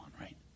right